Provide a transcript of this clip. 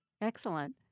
Excellent